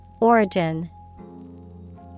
Origin